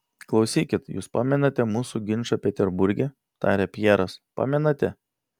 klausykit jus pamenate mūsų ginčą peterburge tarė pjeras pamenate